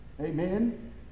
Amen